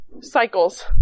cycles